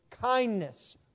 kindness